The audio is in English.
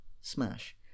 smash